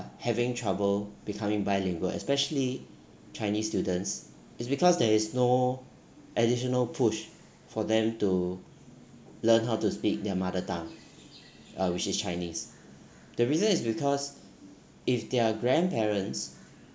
having trouble becoming bilingual especially chinese students it's because there is no additional push for them to learn how to speak their mother tongue uh which is chinese the reason is because if their grandparents